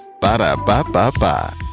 Ba-da-ba-ba-ba